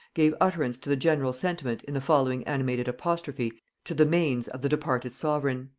gave utterance to the general sentiment in the following animated apostrophe to the manes of the departed sovereign